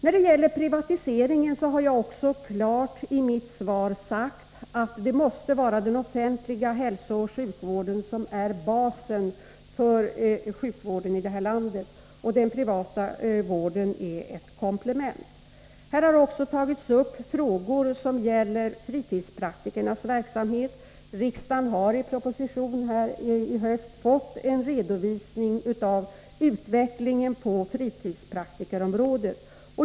När det gäller privatiseringen har jag i mitt svar klart sagt att den offentliga hälsooch sjukvården måste utgöra basen i detta land. Den privata vården är ett komplement. Här har också tagits upp frågor beträffande fritidspraktikernas verksamhet. Riksdagen har i en proposition i höst fått en redovisning av utvecklingen på fritidspraktikerområdet.